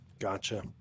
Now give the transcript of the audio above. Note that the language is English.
Gotcha